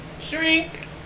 Shrink